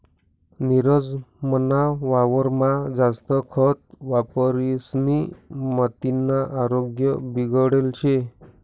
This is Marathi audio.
नीरज मना वावरमा जास्त खत वापरिसनी मातीना आरोग्य बिगडेल शे